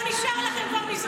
כבר לא נשארו לכם מזרחים,